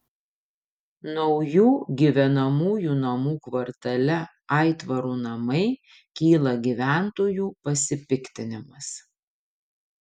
naujų gyvenamųjų namų kvartale aitvarų namai kyla gyventojų pasipiktinimas